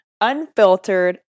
unfiltered